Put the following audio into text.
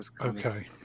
okay